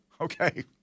Okay